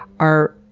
are,